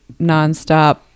nonstop